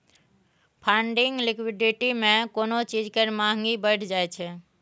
funding liquidity मे कोनो चीज केर महंगी बढ़ि जाइ छै